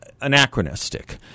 anachronistic